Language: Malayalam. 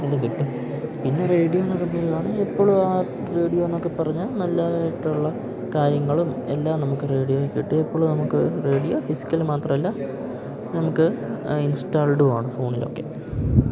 ഇത് കിട്ടും പിന്നെ റേഡിയോയെന്നൊക്കെ പറയുമ്പോൾ അത് എപ്പോഴും ആ റേഡിയോയെന്നൊക്കെ പറഞ്ഞാല് നല്ലതായിട്ടുള്ള കാര്യങ്ങളും എല്ലാം നമുക്ക് റേഡിയോയിൽ കിട്ടും എപ്പോഴും നമുക്ക് റേഡിയോ ഫിസിക്കല് മാത്രമല്ല നമുക്ക് ഇന്സ്റ്റാള്ഡുമാണ് ഫോണിലൊക്കെ